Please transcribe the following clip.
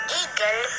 eagle